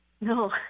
No